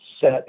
set